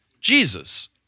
Jesus